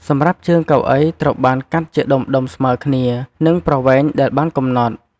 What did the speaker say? សម្រាប់ជើងកៅអីត្រូវបានកាត់ជាដុំៗស្មើគ្នា នឹងប្រវែងដែលបានកំណត់។